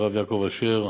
הרב יעקב אשר,